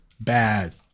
bad